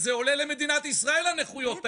וזה עולה למדינת ישראל הנכויות האלה.